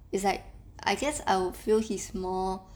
is like I guess I will feel he's more